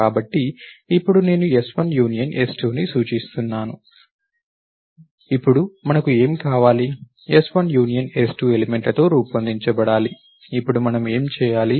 కాబట్టి ఇప్పుడు నేను s1 యూనియన్ s2ని చూస్తున్నాను ఇప్పుడు మనకు ఏమి కావాలి s1 యూనియన్ s2 ఎలిమెంట్ల తో రూపొందించబడాలి ఇప్పుడు మనం ఏమి చేయాలి